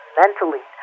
mentally